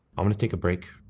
i'm gonna take a break.